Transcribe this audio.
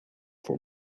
for